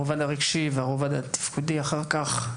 הרובד הרגשי והרובד התפקודי אחר כך.